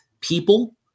people